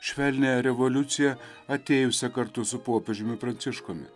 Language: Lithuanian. švelnią revoliuciją atėjusią kartu su popiežiumi pranciškumi